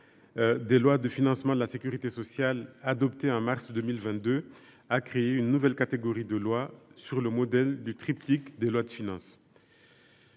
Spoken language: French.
des lois de financement de la sécurité sociale, qui a été adoptée au mois de mars 2022, a créé une nouvelle catégorie de lois, sur le modèle du triptyque des lois de finances.